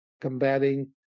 combating